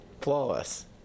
Flawless